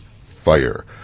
fire